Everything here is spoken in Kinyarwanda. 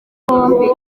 bombi